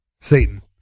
Satan